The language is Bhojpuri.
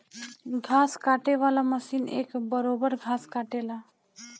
घास काटे वाला मशीन एक बरोब्बर घास काटेला